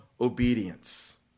obedience